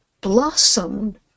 blossomed